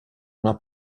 una